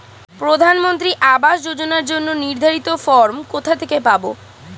প্রধানমন্ত্রী আবাস যোজনার জন্য নির্ধারিত ফরম কোথা থেকে পাব?